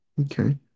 Okay